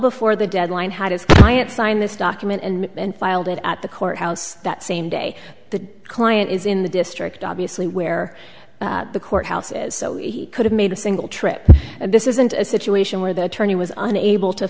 before the deadline had as i have signed this document and filed it at the courthouse that same day the client is in the district obviously where the courthouse is so he could have made a single trip and this isn't a situation where the attorney was unable to